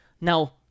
Now